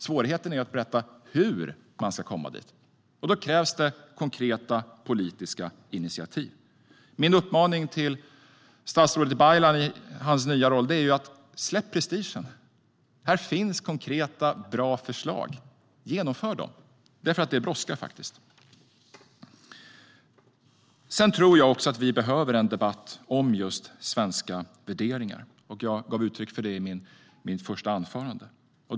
Svårigheten är att berätta hur man ska komma dit. Då krävs det konkreta politiska initiativ. Min uppmaning till statsrådet Baylan i hans nya roll är: Släpp prestigen! Det finns konkreta och bra förslag. Genomför dem! Det brådskar nämligen. Jag tror att vi behöver en debatt om svenska värderingar. Jag gav uttryck för det i mitt första anförande.